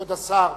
כבוד השר,